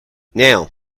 now